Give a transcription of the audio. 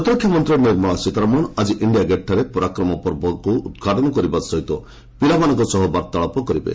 ପ୍ରତିରକ୍ଷା ମନ୍ତ୍ରୀ ନିର୍ମଳା ସୀତାରମଣ ଆକି ଇଣ୍ଡିଆ ଗେଟ୍ଠାରେ ପରାକ୍ରମ ପର୍ବକୁ ଉଦ୍ଘାଟନ କରିବା ସହ ପିଲାମାନଙ୍କ ସହ ବାର୍ଭାଳାପ କରିବେ